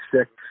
six